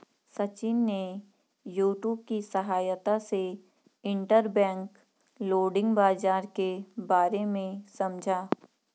सचिन ने यूट्यूब की सहायता से इंटरबैंक लैंडिंग बाजार के बारे में समझा